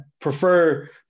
prefer